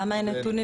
למה אין נתונים?